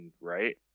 right